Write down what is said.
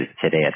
today